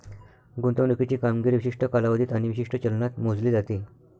गुंतवणुकीची कामगिरी विशिष्ट कालावधीत आणि विशिष्ट चलनात मोजली जाते